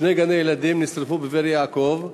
שני גני ילדים נשרפו בבאר-יעקב.